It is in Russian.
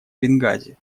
бенгази